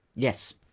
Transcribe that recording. Yes